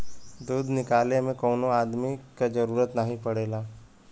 दूध निकाले में कौनो अदमी क जरूरत नाही पड़ेला